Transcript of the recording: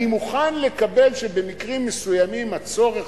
אני מוכן לקבל שבמקרים מסוימים הצורך